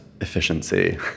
efficiency